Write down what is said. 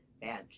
bad